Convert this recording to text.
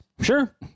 Sure